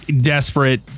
desperate